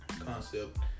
concept